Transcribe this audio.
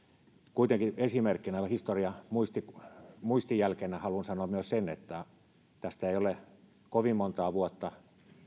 kuitenkin esimerkkinä historian muistijälkenä muistijälkenä haluan sanoa myös sen että tästä ei ole kovin montaa vuotta